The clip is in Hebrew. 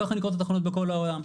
כך נקראות תחנות בכל העולם.